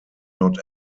not